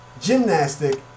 gymnastic